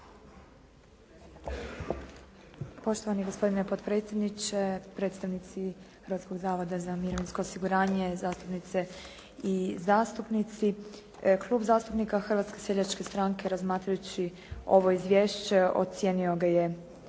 Poštovani gospodine potpredsjedniče, predstavnici Hrvatskog zavoda za mirovinsko osiguranje, zastupnice i zastupnici. Klub zastupnika Hrvatske seljačke stranke razmatrajući ovo izvješće ocijenio ga je